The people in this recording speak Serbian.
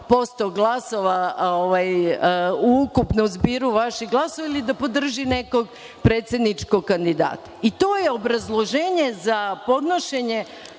posto glasova u ukupnom zbiru vaših glasova ili da podrži nekog predsedničkog kandidata. I to je obrazloženje za podnošenje